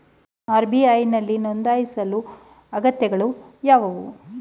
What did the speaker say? RBI ನಲ್ಲಿ ನೊಂದಾಯಿಸಲು ಅಗತ್ಯತೆಗಳು ಯಾವುವು?